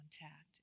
contact